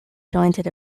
jointed